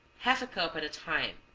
half a cup at a time,